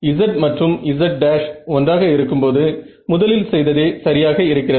z மற்றும் z′ ஒன்றாக இருக்கும்போது முதலில் செய்ததே சரியாக இருக்கிறது